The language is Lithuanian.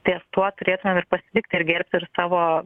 ties tuo turėtume pasilikti ir gerbti ir savo